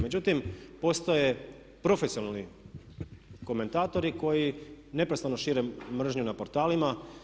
Međutim, postoje profesionalni komentatori koji neprestano šire mržnju na portalima.